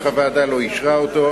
אך הוועדה לא אישרה אותם.